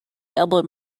elbowed